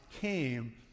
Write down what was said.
came